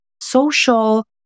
social